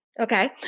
Okay